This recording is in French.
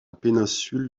péninsule